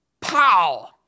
Pow